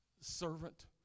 servant